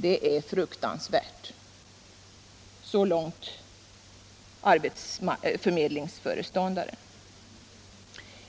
Det är fruktansvärt.”